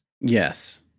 Yes